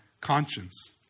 conscience